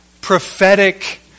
prophetic